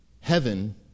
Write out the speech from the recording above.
Heaven